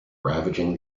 ravaging